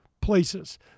places